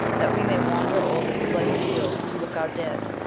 that we may wander ore this bloody field, to booke our dead,